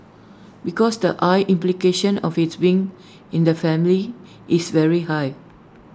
because the I implication of IT being in the family is very high